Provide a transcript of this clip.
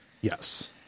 Yes